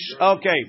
okay